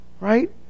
Right